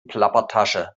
plappertasche